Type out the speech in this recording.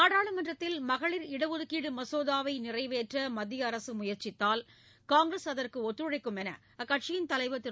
நாடாளுமன்றத்தில் மகளிர் இட ஒதுக்கீடு மசோதாவை நிறைவேற்ற மத்திய அரசு முயற்சித்தால் காங்கிரஸ் அதற்கு ஒத்துழைக்கும் என்று அக்கட்சியின் தலைவர் திரு